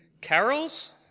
Carols